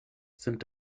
sind